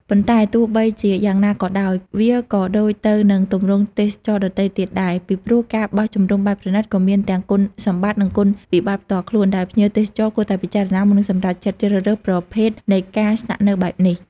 ប៉ុន្តែទោះបីជាយ៉ាងណាក៏ដោយ វាក៏ដូចទៅនឹងទម្រង់ទេសចរណ៍ដទៃទៀតដែរ ពីព្រោះការបោះជំរំបែបប្រណីត ក៏មានទាំងគុណសម្បត្តិ និងគុណវិបត្តិផ្ទាល់ខ្លួន ដែលភ្ញៀវទេសចរគួរតែពិចារណាមុននឹងសម្រេចចិត្តជ្រើសរើសប្រភេទនៃការស្នាក់នៅបែបនេះ។